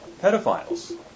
pedophiles